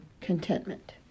contentment